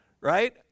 right